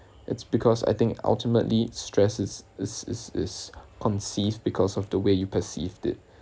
it's because I think ultimately stress is is is is conceived because of the way you perceived it